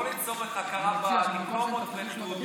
לא לצורך הכרה בדיפלומות ובתעודות.